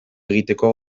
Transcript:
egiteko